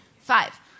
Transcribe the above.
Five